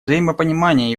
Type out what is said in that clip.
взаимопонимание